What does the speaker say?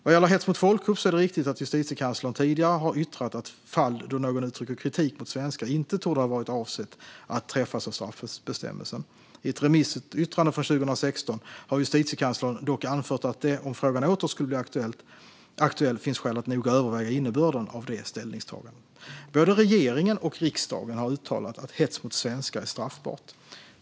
Vad gäller hets mot folkgrupp är det riktigt att Justitiekanslern tidigare har yttrat att fall då någon uttrycker kritik mot svenskar inte torde ha varit avsedda att träffas av straffbestämmelsen. I ett remissyttrande från 2016 har Justitiekanslern dock anfört att det, om frågan åter skulle bli aktuell, finns skäl att noga överväga innebörden av det ställningstagandet. Både regeringen och riksdagen har uttalat att hets mot svenskar är straffbart.